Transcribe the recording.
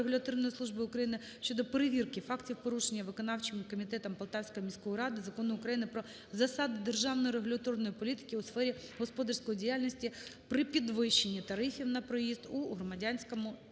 регуляторної служби України щодо перевірки фактів порушення виконавчим комітетом Полтавської міської ради Закону України "Про засади державної регуляторної політики у сфері господарської діяльності" при підвищенні тарифів на проїзд у громадському